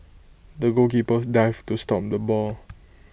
the goalkeeper dived to stop the ball